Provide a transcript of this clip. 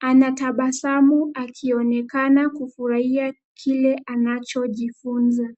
Anatabasamu akionekana kufurahia kile anachojifunza.